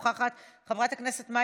חברת הכנסת סונדוס סאלח,